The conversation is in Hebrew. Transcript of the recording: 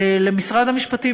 למשרד המשפטים,